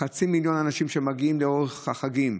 חצי מיליון האנשים שמגיעים לאורך חגים,